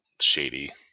shady